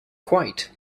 quite